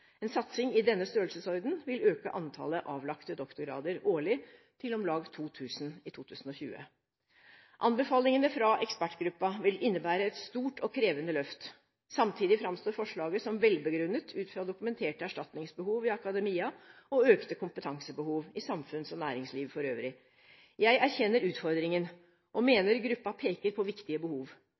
En satsing i denne størrelsesorden vil øke antallet avlagte doktorgrader årlig til om lag 2 000 i 2020. Anbefalingene fra ekspertgruppen vil innebære et stort og krevende løft. Samtidig framstår forslaget som velbegrunnet ut fra dokumenterte erstatningsbehov i akademia og økte kompetansebehov i samfunns- og næringsliv for øvrig. Jeg erkjenner utfordringen og mener gruppen peker på viktige behov.